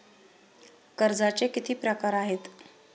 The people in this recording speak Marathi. कर्जाचे किती प्रकार आहेत?